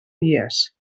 dies